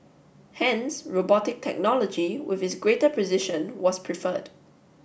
hence robotic technology with its greater precision was preferred